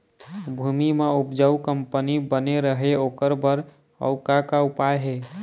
भूमि म उपजाऊ कंपनी बने रहे ओकर बर अउ का का उपाय हे?